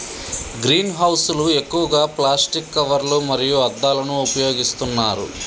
green house లు ఎక్కువగా plastic కవర్లు మరియు అద్దాలను ఉపయోగిస్తున్నారు